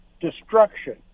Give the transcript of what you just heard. destruction